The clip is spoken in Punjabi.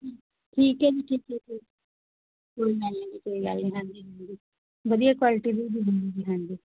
ਠੀਕ ਹੈ ਜੀ ਠੀਕ ਹੈ ਜੀ ਕੋਈ ਨਾ ਜੀ ਕੋਈ ਗੱਲ ਨਹੀਂ ਹਾਂਜੀ ਹਾਂਜੀ ਵਧੀਆ ਕੁਆਲਿਟੀ ਦੇ ਮਿਲਣਗੇ ਜੀ ਹਾਂਜੀ